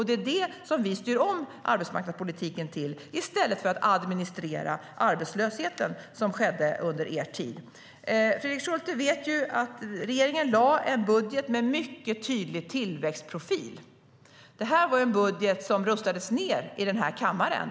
Det är det som vi styr om arbetsmarknadspolitiken till, i stället för att administrera arbetslösheten, vilket skedde under er tid. Fredrik Schulte vet att regeringen lade en budget med mycket tydlig tillväxtprofil. Det var en budget som röstades ned i den här kammaren.